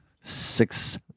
Six